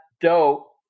dope